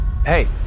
Hey